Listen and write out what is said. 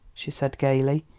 she said gaily.